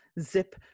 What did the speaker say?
zip